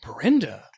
brenda